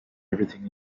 everything